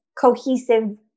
cohesive